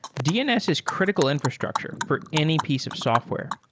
dns is critical infrastructure for any piece of software.